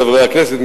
חברי הכנסת,